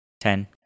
Ten